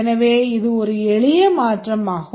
எனவே இது ஒரு எளிய மாற்றமாகும்